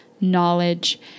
knowledge